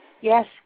Yes